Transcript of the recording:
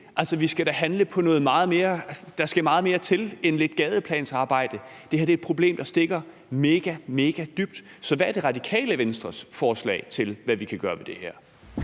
til livs ved det? Altså, der skal meget mere til end lidt gadeplansarbejde. Det her er et problem, der stikker megadybt. Så hvad er Radikale Venstres forslag til, hvad vi kan gøre ved det her?